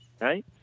Right